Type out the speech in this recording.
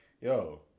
yo